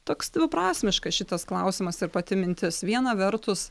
toks dviprasmiškas šitas klausimas ir pati mintis viena vertus